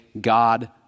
God